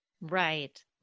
Right